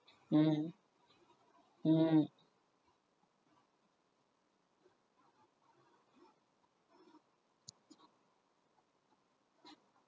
mm mm